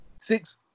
six